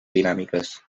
dinàmiques